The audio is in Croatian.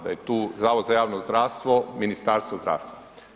Da je tu Zavod za javno zdravstvo, Ministarstvo zdravstva.